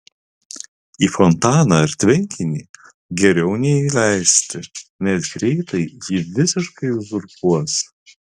į fontaną ar tvenkinį geriau neįleisti nes greitai jį visiškai uzurpuos